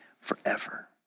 forever